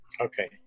Okay